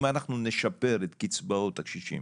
אם אנחנו נשפר את קצבאות הקשישים